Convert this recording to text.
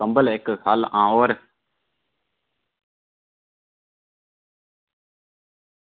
कंबल इक्क ख'ल्ल हां होर